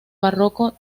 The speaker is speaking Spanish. barroco